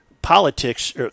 Politics